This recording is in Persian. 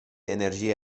انرژی